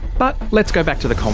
but let's go back to the um